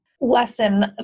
lesson